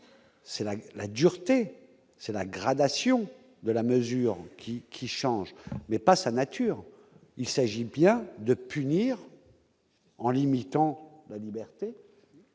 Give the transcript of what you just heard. c'est la la dureté, c'est la gradation de la mesure qui qui changent mais pas sa nature, il s'agit bien de punir en limitant la liberté.